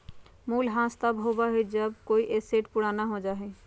मूल्यह्रास तब होबा हई जब कोई एसेट पुराना हो जा हई